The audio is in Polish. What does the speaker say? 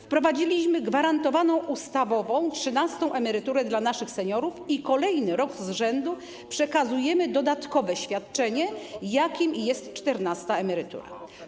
Wprowadziliśmy gwarantowaną ustawowo trzynastą emeryturę dla naszych seniorów i kolejny rok z rzędu przekazujemy dodatkowe świadczenie, jakim jest czternasta emerytura.